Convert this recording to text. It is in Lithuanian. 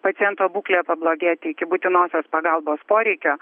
paciento būklė pablogėti iki būtinosios pagalbos poreikio